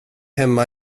hemma